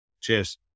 Cheers